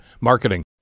Marketing